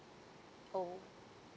oh